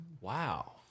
Wow